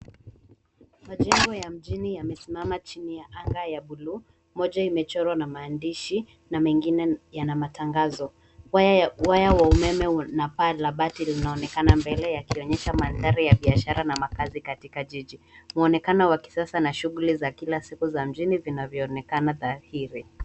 Majengo ya mjini yamesimama chini ya anga ya buluu. Moja imechorwa na maandishi na mengine yana matangazo. Waya wa umeme na paa la bati linaonekana mbele yakionyesha mandhari ya biashara na makazi katika jiji. Mwonekano wa kisasa na shunguli za kila siku za mjini zinavyoonekana dhairi.